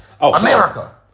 America